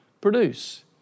produce